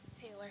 taylor